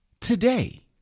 today